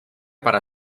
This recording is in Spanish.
para